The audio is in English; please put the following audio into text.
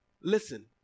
Listen